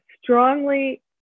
strongly